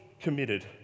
committed